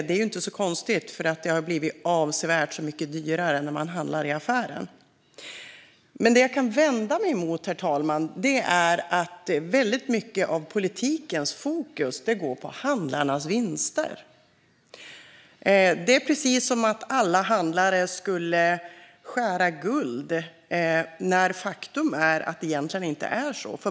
Det är inte så konstigt, för det har blivit avsevärt mycket dyrare att handla i affären. Det jag kan vända mig emot, herr talman, är att väldigt mycket av politikens fokus ligger på handlarnas vinster. Det är precis som att alla handlare skulle skära guld, när faktum är att det egentligen inte är så.